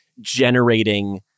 generating